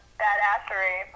badassery